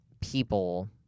people